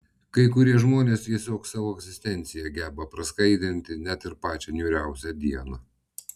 kai kurie žmonės tiesiog savo egzistencija geba praskaidrinti net ir pačią niūriausią dieną